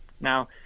Now